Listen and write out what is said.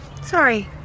Sorry